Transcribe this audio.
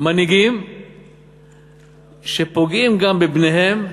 מנהיגים שפוגעים גם בבניהם,